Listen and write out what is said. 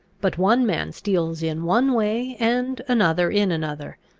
but one man steals in one way, and another in another.